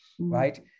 right